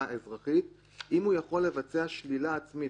האזרחית אם הוא יכול לבצע שלילה עצמית.